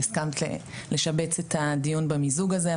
שהסכמת לשבץ את הדיון במיזוג הזה,